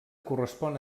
correspon